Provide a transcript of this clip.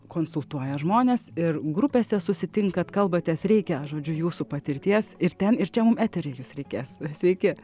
konsultuoja žmones ir grupėse susitinkat kalbatės reikia žodžiu jūsų patirties ir ten ir čia mum eterį jus reikės sveiki